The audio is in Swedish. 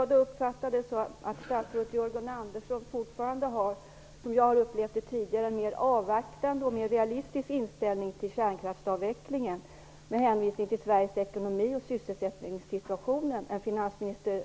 Får jag då uppfatta det så att statsrådet Jörgen Andersson fortfarande har - som jag har uppfattat det tidigare - en mer avvaktande och en mer realistisk inställning till kärnkraftsavvecklingen, med hänsyn till Sveriges ekonomi och sysselsättningssituation, än vad finansminister